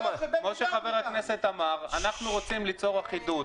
כמו שחבר הכנסת אמר, אנחנו רוצים ליצור אחידות.